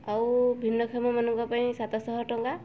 ଆଉ ଭିନ୍ନକ୍ଷମମାନଙ୍କ ପାଇଁ ସାତଶହ ଟଙ୍କା